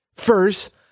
First